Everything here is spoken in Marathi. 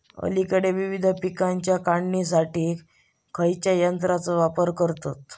अलीकडे विविध पीकांच्या काढणीसाठी खयाच्या यंत्राचो वापर करतत?